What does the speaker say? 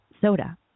soda